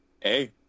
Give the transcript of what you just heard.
Hey